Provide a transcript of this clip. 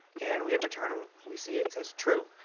and we hit return and we see it says true.